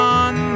on